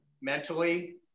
mentally